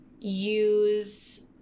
use